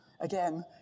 again